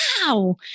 wow